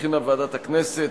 שהכינה ועדת הכנסת.